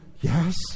Yes